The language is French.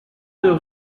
deux